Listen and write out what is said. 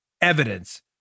evidence